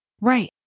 Right